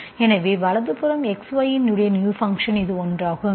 எனவே வலது புறம் X Y இன் நியூ ஃபங்க்ஷன் இது ஒன்றாகும்